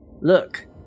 Look